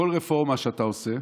כל רפורמה שאתה עושה,